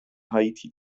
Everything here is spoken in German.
haiti